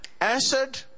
answered